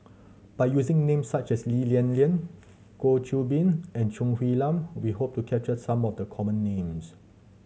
by using names such as Lee Lian Lian Goh Qiu Bin and Choo Hwee Lim we hope to capture some of the common names